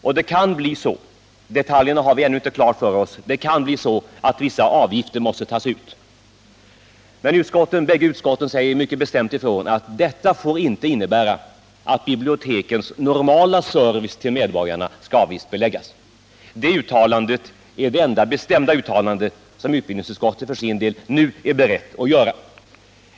Vi har ännu inte detaljerna klara för oss, men det kan bli så att vissa avgifter måste tas ut. Men de bägge utskotten säger mycket bestämt ifrån att detta inte får innebära att bibliotekens normala service till medborgarna skall avgiftbeläggas. Det är det enda bestämda uttalande som utbildningsutskottet för sin del nu är berett att göra.